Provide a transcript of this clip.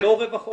זה לא רווח הון.